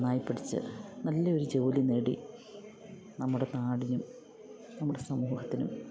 നന്നായി പഠിച്ചു നല്ല ഒരു ജോലി നേടി നമ്മുടെ നാടിനും നമ്മുടെ സമൂഹത്തിനും